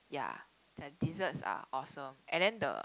ya the desserts are awesome and then the